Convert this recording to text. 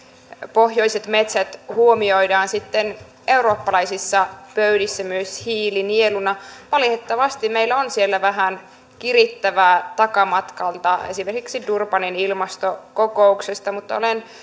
pohjoiset metsät huomioidaan sitten eurooppalaisissa pöydissä myös hiilinieluna valitettavasti meillä on siellä vähän kirittävää takamatkalta esimerkiksi durbanin ilmastokokouksesta mutta olen kyllä